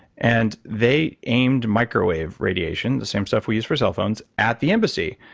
and they aimed microwave radiation, the same stuff we use for cellphones, at the embassy.